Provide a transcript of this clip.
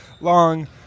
long